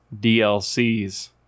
DLCs